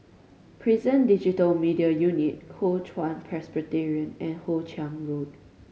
Prison Digital Media Unit Kuo Chuan Presbyterian and Hoe Chiang Road